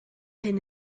hyn